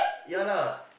ya lah